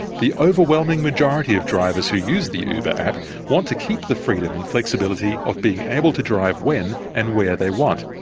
the overwhelming majority of drivers who use the uber app want to keep the freedom and flexibility of being able to drive when and where they want.